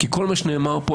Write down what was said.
כי כל מה שנאמר פה,